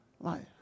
life